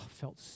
felt